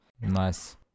Nice